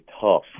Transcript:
tough